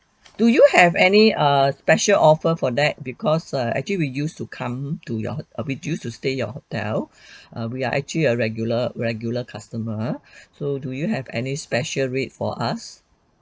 do you have any err special offer for that because err actually we used to come to your hot we use to stay your hotel err we are actually a regular regular customer so do you have any special rate for us